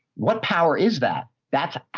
what power is that? that's,